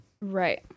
Right